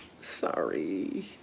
sorry